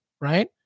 right